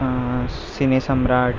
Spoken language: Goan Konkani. सिने सम्राट